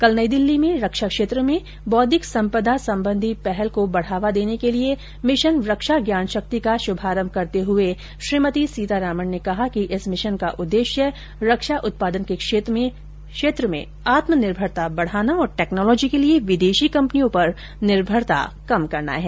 केल नई दिल्ली में रक्षा क्षेत्र में बौद्धिक संपदा संबंधी पहल को बढ़ावा देने के लिए मिशन रक्षा ज्ञान शक्ति का शुभारंभ करते हुए श्रीमती सीतारामन ने कहा कि इस मिशन का उद्देश्य रक्षा उत्पादन के क्षेत्र में आत्मनिर्भता बढ़ाना और टैक्नोलोजी के लिए विदेशी कम्पनियों पर निर्भरता कम करना है